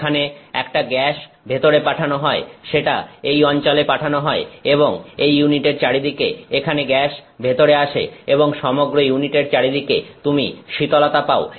সেখানে একটা গ্যাস ভেতরে পাঠানো হয় সেটা এই অঞ্চলে পাঠানো হয় এবং এই ইউনিটের চারিদিকে এখানে গ্যাস ভেতরে আসে এবং সমগ্র ইউনিটের চারিদিকে তুমি শীতলতা পাও